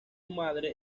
madre